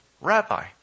Rabbi